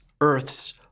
earth's